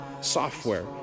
software